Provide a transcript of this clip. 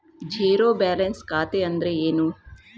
Zero balance ಖಾತೆ ಅಂದ್ರೆ ಏನು?